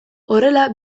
horrela